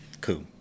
cool